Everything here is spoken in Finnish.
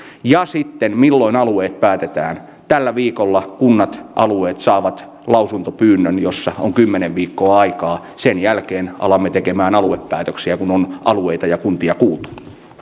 ja sitten milloin alueet päätetään tällä viikolla kunnat alueet saavat lausuntopyynnön jolla on kymmenen viikkoa aikaa sen jälkeen alamme tekemään aluepäätöksiä kun on alueita ja kuntia kuultu